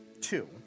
two